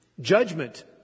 Judgment